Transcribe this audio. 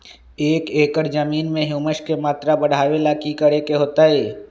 एक एकड़ जमीन में ह्यूमस के मात्रा बढ़ावे ला की करे के होतई?